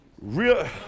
Real